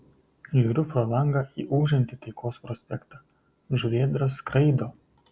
žiūriu pro langą į ūžiantį taikos prospektą žuvėdros skraido